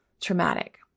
traumatic